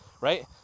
Right